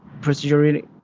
procedurally